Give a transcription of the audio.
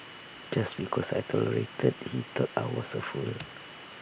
just because I tolerated he thought I was A fool